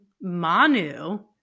Manu